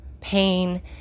pain